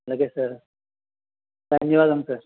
అలాగే సార్ ధన్యవాదములు సార్